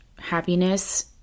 happiness